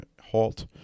halt